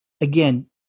again